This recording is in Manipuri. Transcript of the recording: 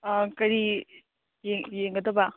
ꯑꯥ ꯀꯔꯤ ꯌꯦꯡꯒꯗꯕ